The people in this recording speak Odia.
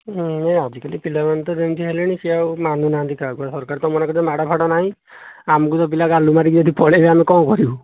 ନା ଏ ଆଜିକାଲି ପିଲାମାନେ ତ ଯେମିତି ହେଲେଣି ସେ ଆଉ ମାନୁନାହାନ୍ତି କାହାକୁ ଆଉ ସରକାର ତ ମନା କରିଦେଲେ ମାଡ଼ ଫାଡ଼ ନାହିଁ ଆମୁକୁ ତ ପିଲା ଗାଲୁ ମାରିକି ପଳାଇବେ ଆମେ କ'ଣ କରିବୁ